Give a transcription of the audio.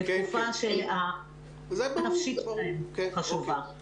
בתקופה נפשית חשובה.